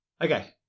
Okay